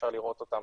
אפשר לראות אותם